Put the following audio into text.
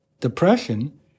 depression